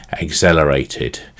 accelerated